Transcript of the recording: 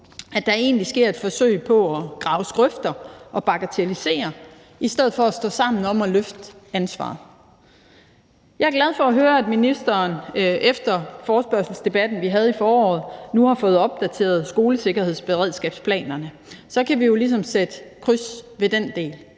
at der egentlig sker et forsøg på at grave grøfter og bagatellisere i stedet for at stå sammen om at løfte ansvaret. Jeg er glad for at høre, at ministeren efter forespørgselsdebatten, som vi havde i foråret, nu har fået opdateret skolesikkerhedsberedskabsplanerne, for så kan vi jo ligesom sætte kryds ved den del.